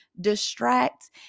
distract